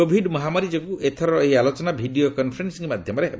Covid ମହାମାରୀ ଯୋଗୁଁ ଏଥରର ଏହି ଆଲୋଚନା ଭିଡ଼ିଓ କନ୍ଫରେନ୍ନିଂ ମାଧ୍ୟମରେ ହେବ